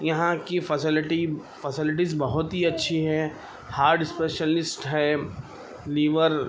یہاں کی facility facilities بہت ہی اچھی ہے ہارٹ اسپیشلسٹ ہیں لیور